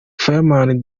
fireman